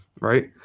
Right